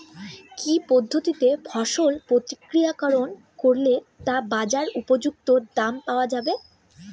কি পদ্ধতিতে ফসল প্রক্রিয়াকরণ করলে তা বাজার উপযুক্ত দাম পাওয়া যাবে?